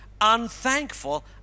unthankful